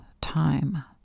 time